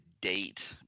date